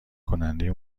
کننده